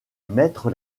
mettre